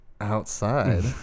outside